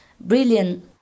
brilliant